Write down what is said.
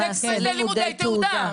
זה לימודי תעודה.